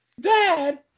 Dad